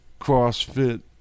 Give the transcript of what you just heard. Crossfit